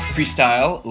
Freestyle